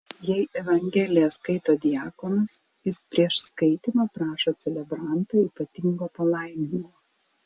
jei evangeliją skaito diakonas jis prieš skaitymą prašo celebrantą ypatingo palaiminimo